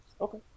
Okay